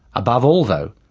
above all, though,